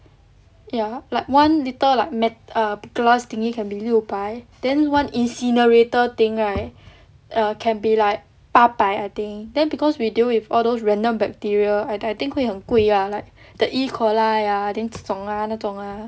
ya like one little like err glass thingy can be 六百 then one incinerator thing right err can be like 八百 I think then because we deal with all those random bacteria I I think 会很贵 lah the E coli ah then 这种啦那种啦